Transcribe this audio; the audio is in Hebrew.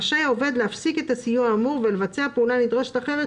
רשאי העובד להפסיק את הסיוע האמור ולבצע פעולה נדרשת אחרת,